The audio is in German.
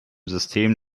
system